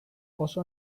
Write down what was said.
oso